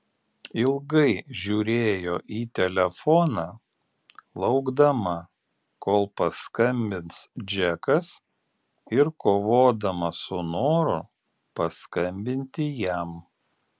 ilgai žiūrėjo į telefoną laukdama kol paskambins džekas ir kovodama su noru paskambinti jam